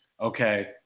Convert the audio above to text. okay